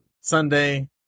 Sunday